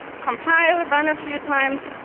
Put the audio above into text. compile, run a few times,